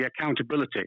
accountability